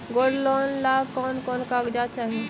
Gold loan ला कौन कौन कागजात चाही?